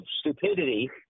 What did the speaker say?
stupidity